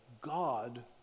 God